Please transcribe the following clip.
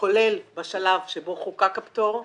כולל בשלב שבו חוקק הפטור,